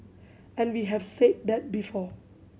and we have said that before